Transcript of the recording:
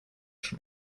schon